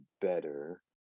better